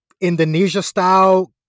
Indonesia-style